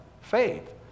faith